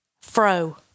Fro